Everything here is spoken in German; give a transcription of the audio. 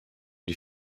die